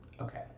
Okay